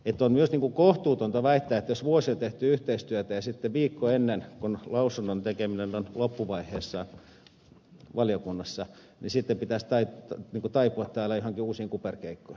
on myös kohtuutonta väittää että jos vuosi on tehty yhteistyötä ja sitten viikkoa ennen kuin mietinnön tekeminen on loppuvaiheessaan valiokunnassa pitäisi taipua täällä joihinkin uusiin kuperkeikkoihin